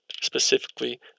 specifically